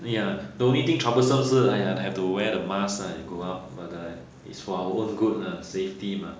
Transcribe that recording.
ya the only thing troublesome 是 !aiya! have to wear the masks l have when go out but uh it's for our our own good lah safety mah